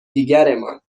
دیگرمان